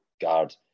guard